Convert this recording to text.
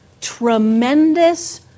tremendous